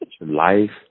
Life